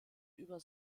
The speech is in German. über